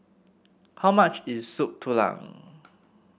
how much is Soup Tulang